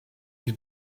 die